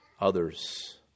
Others